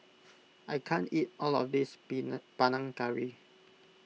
I can't eat all of this Panang Curry